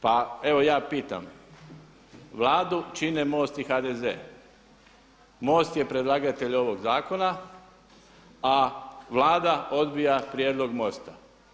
Pe evo ja pitam, Vladu čine MOST i HDZ, MOST je predlagatelj ovog zakona, a Vlada odbija prijedlog MOST-a.